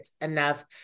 enough